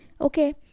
okay